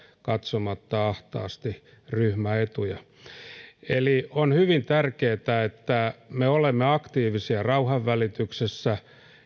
katsomatta ahtaasti ryhmäetuja on hyvin tärkeää että me olemme aktiivisia rauhanvälityksessä